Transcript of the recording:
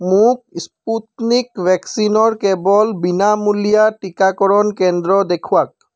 মোক স্পুটনিক ভেকচিনৰ কেৱল বিনামূলীয়া টীকাকৰণ কেন্দ্ৰ দেখুৱাওক